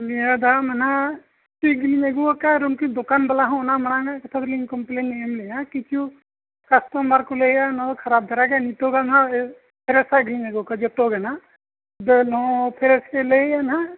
ᱱᱤᱭᱟᱹ ᱫᱷᱟᱣ ᱢᱮᱱᱟᱜᱼᱟ ᱠᱟᱹᱴᱤᱡ ᱜᱮᱞᱤᱧ ᱟᱹᱜᱩ ᱟᱠᱟᱜᱼᱟ ᱟᱨ ᱩᱱᱠᱤᱱ ᱫᱳᱠᱟᱱ ᱵᱟᱞᱟ ᱦᱚᱸ ᱚᱱᱟ ᱢᱟᱲᱟᱝ ᱠᱟᱛᱷᱟ ᱫᱚᱞᱤᱧ ᱠᱚᱢᱯᱞᱮᱱ ᱮᱢ ᱞᱮᱜᱼᱟ ᱠᱤᱪᱪᱷᱩ ᱠᱟᱥᱴᱚᱢᱟᱨ ᱠᱚ ᱞᱟᱹᱭᱮᱜᱼᱟ ᱚᱱᱟ ᱫᱚ ᱠᱷᱟᱨᱟᱯ ᱫᱷᱟᱨᱟ ᱜᱮᱭᱟ ᱱᱤᱛᱚᱜᱟᱜ ᱦᱟᱜ ᱯᱷᱮᱨᱮᱥ ᱡᱚᱛᱚ ᱜᱮ ᱱᱟᱦᱟᱜ ᱫᱟᱹᱞ ᱦᱚᱸ ᱯᱷᱮᱨᱮᱥ ᱜᱮ ᱞᱟᱹᱭᱮᱜᱼᱟ ᱦᱟᱸᱜ